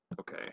Okay